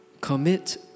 Commit